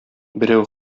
берәү